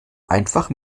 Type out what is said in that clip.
einfach